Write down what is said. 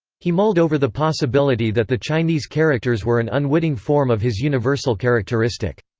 he mulled over the possibility that the chinese characters were an unwitting form of his universal characteristic.